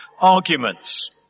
arguments